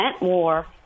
war